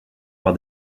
par